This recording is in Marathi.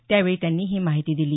त्यावेळी त्यांनी ही माहिती दिली